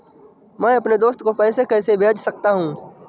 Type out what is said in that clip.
मैं अपने दोस्त को पैसे कैसे भेज सकता हूँ?